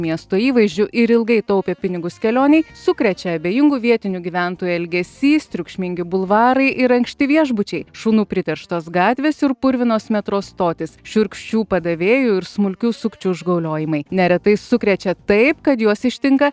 miesto įvaizdžiu ir ilgai taupė pinigus kelionei sukrečia abejingų vietinių gyventojų elgesys triukšmingi bulvarai ir ankšti viešbučiai šunų priterštos gatvės ir purvinos metro stotys šiurkščių padavėjų ir smulkių sukčių užgauliojimai neretai sukrečia taip kad juos ištinka